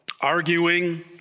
Arguing